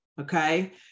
Okay